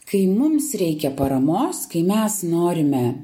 kai mums reikia paramos kai mes norime